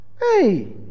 Hey